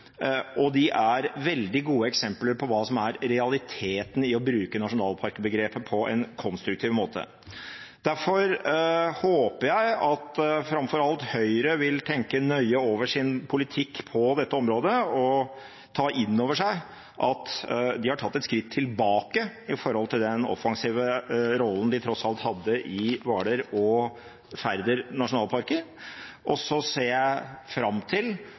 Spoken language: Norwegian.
De er veldig gode eksempler på hva som er realiteten i å bruke nasjonalparkbegrepet på en konstruktiv måte. Derfor håper jeg at framfor alt Høyre vil tenke nøye over sin politikk på dette området og ta inn over seg at de har tatt et skritt tilbake i forhold til den offensive rollen de tross alt hadde i Ytre Hvaler og Færder nasjonalparker. Så ser jeg fram til